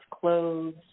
clothes